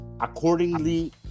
accordingly